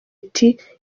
iti